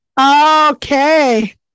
Okay